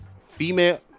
female